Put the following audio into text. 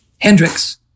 Hendrix